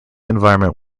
environment